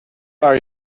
are